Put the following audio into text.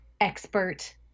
expert